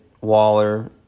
Waller